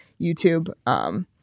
YouTube